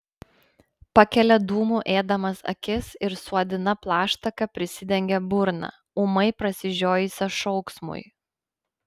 pakelia dūmų ėdamas akis ir suodina plaštaka prisidengia burną ūmai prasižiojusią šauksmui